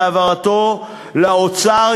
בהעברתו לאוצר,